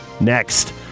next